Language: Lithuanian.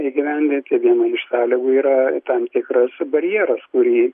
įgyvendinti viena iš sąlygų yra tam tikras barjeras kurį